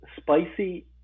Spicy